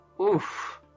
Oof